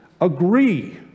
agree